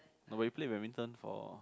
but when you play badminton for